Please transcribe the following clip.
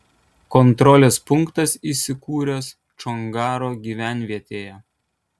kontrolės punktas įsikūręs čongaro gyvenvietėje